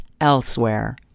elsewhere